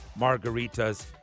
margaritas